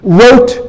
wrote